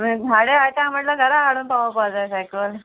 साडे आटा म्हटल्यार घरा हाडून पावोपा जाय सायकल